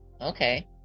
okay